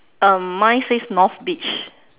mine says north beach